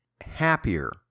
happier